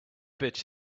bitch